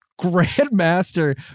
Grandmaster